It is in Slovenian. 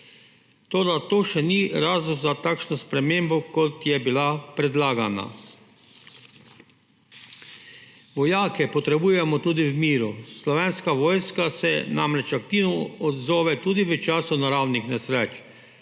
to še ni razlog za takšno spremembo, kot je bila predlagana. Vojake potrebujemo tudi v miru. Slovenska vojska se namreč aktivno odzove tudi v času naravnih nesreč.